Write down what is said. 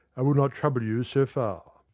i will not trouble you so far.